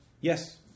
Yes